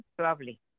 Lovely